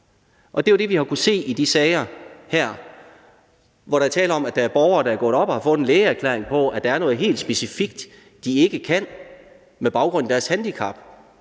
Det er jo det, vi har kunnet se i de sager her, hvor der er tale om, at der er borgere, der er gået op og har fået en lægeerklæring på, at der er noget helt specifikt, de ikke kan med baggrund i deres handicap